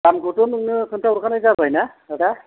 दामखौथ' नोंनो खोन्थाहरखानाय जाबाय ना आदा